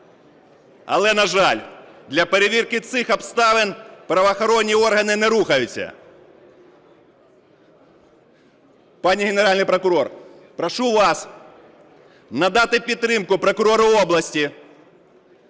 Але, на жаль, для перевірки цих обставин правоохоронні органи не рухаються. Пані Генеральний прокурор, прошу вас надати підтримку прокурору області